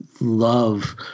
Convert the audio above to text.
love